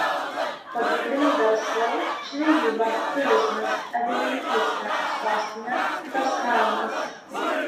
pagrindiniai verslai žvejyba turizmas avininkystė sostinė torshaunas